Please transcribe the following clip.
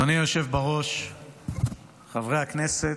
אדוני היושב בראש, חברי הכנסת,